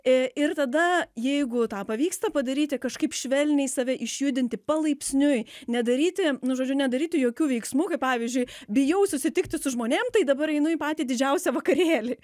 i ir tada jeigu tą pavyksta padaryti kažkaip švelniai save išjudinti palaipsniui nedaryti nu žodžiu nedaryti jokių veiksmų kaip pavyzdžiui bijau susitikti su žmonėm tai dabar einu į patį didžiausią vakarėlį